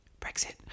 Brexit